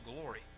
glory